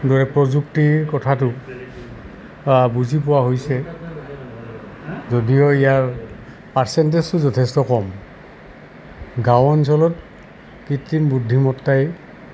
দৰে প্ৰযুক্তিৰ কথাটো বুজি পোৱা হৈছে যদিও ইয়াৰ পাৰ্চেণ্টেজটো যথেষ্ট কম গাঁও অঞ্চলত কৃত্ৰিম বুদ্ধিমত্তাই